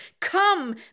come